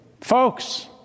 Folks